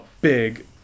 big